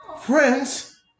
Friends